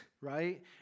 right